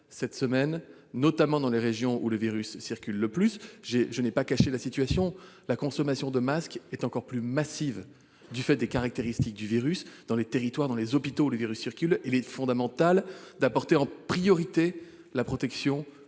et des Ehpad, notamment dans les régions où le virus circule le plus. Je n'ai pas caché la situation. La consommation de masques est encore plus massive du fait des caractéristiques du virus. Dans les territoires et hôpitaux dans lesquels il circule, il est fondamental de protéger prioritairement